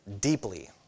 deeply